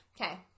Okay